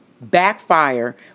backfire